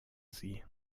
sie